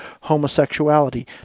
homosexuality